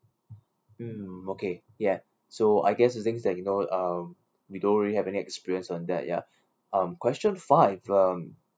mm okay ya so I guess it's things that you know um we don't really have any experience on that ya um question five um